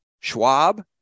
Schwab